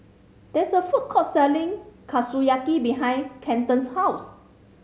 there is a food court selling Kushiyaki behind Kenton's house